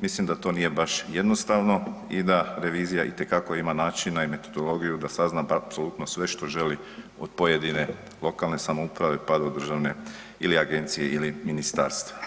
mislim da to nije baš jednostavno i da revizija itekako ima načina i metodologiju da sazna apsolutno sve što želi od pojedine lokalne samouprave, pa do države ili agencije ili ministarstva.